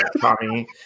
Tommy